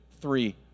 three